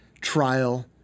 trial